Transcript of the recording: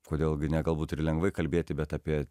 kodėl gi ne galbūt ir lengvai kalbėti bet apie